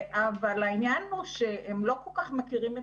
אבל העניין הוא שהם לא כל כך מכירים את